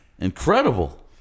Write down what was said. Incredible